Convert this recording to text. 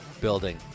building